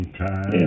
time